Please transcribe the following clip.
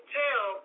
tell